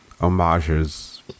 homages